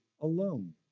alone